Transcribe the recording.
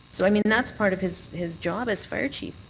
so, i mean, that's part of his his job as fire chief.